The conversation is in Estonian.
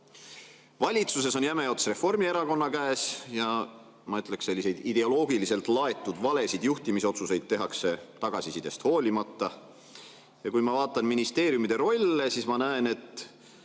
Valitsuses on jäme ots Reformierakonna käes ja ma ütleks, et selliseid ideoloogiliselt laetud, valesid juhtimisotsuseid tehakse tagasisidest hoolimata. Ja kui ma vaatan ministeeriumide rolle, siis ma näen, et